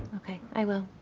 okay. i will.